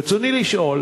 רצוני לשאול: